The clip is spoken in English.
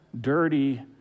dirty